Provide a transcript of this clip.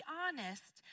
honest